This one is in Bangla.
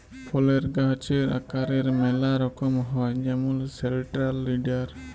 ফলের গাহাচের আকারের ম্যালা রকম হ্যয় যেমল সেলট্রাল লিডার